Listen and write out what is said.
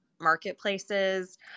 marketplaces